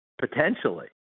potentially